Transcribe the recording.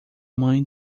mãe